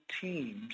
teams